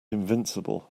invincible